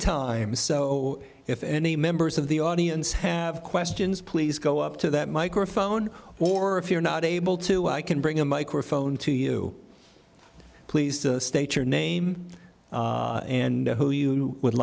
a so if any members of the audience have questions please go up to that microphone or if you're not able to i can bring a microphone to you please state your name and who you would